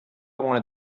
wanted